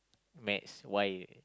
maths why